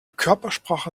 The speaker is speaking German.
körpersprache